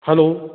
hello